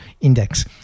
index